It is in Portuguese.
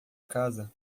casa